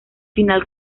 final